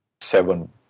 seven